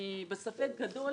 אני בספק גדול